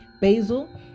basil